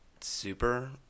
super